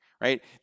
Right